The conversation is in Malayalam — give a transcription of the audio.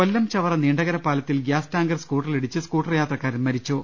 കൊല്ലം ചവറ നീണ്ടകര പാലത്തിൽ ഗൃാസ് ടാങ്കർ സ്കൂട്ടറിലിടിച്ച് സ്കൂട്ടർ യാത്രക്കാരൻ മരിച്ചു